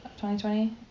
2020